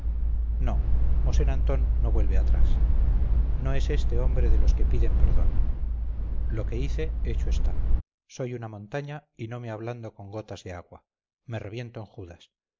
mosén antón no vuelve atrás no es éste hombre de los que piden perdón lo que hice hecho está soy una montaña y no me ablando con gotas de agua me reviento en judas